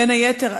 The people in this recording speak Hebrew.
בין היתר,